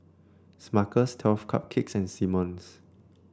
Smuckers Twelve Cupcakes and Simmons